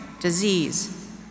disease